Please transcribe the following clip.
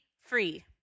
free